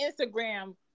Instagram